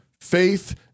faith